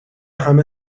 همه